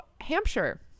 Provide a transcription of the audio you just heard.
hampshire